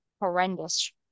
horrendous